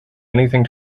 anything